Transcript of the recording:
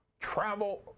travel